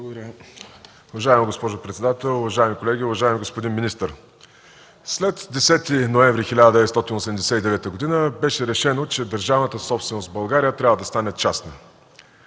(Атака): Уважаема госпожо председател, уважаеми колеги! Уважаеми господин министър, след 10 ноември 1989 г. беше решено, че държавната собственост в България трябва да стане частна.